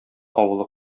авылы